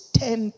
ten